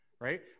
right